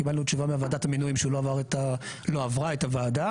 קיבלנו תשובה מוועדת המינויים שהיא לא עברה את הוועדה